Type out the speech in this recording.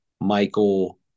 Michael